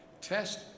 test